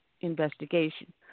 investigation